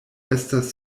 estas